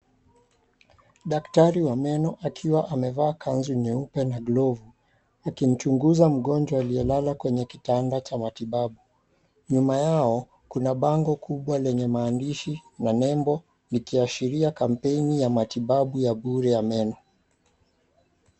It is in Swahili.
Daktari wa meno akiwa amevaa kanzu nyeupe na glovu, akimchunguza mgonjwa aliyelala kwenye kitanda cha matibabu. Nyuma yao kuna bango kubwa lenye maandishi na nembo likiashiria kampeni ya matibabu 𝑦𝑎 𝑏𝑢𝑟𝑒 ya meno.